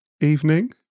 Evening